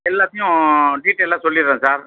எல்லாத்தையும் டீட்டைலாக சொல்லிடுறேன் சார்